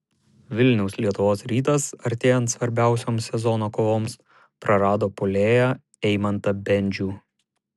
vilniaus lietuvos rytas artėjant svarbiausioms sezono kovoms prarado puolėją eimantą bendžių